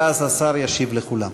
ואז השר ישיב לכולם.